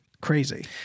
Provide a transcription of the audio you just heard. Crazy